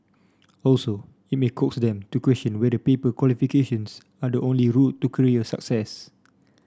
also it may coax them to question whether paper qualifications are the only route to career success